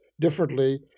differently